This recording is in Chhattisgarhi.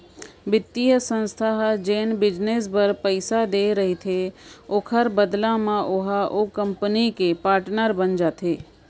बित्तीय संस्था ह जेन बिजनेस बर पइसा देय रहिथे ओखर बदला म ओहा ओ कंपनी के पाटनर बन जाथे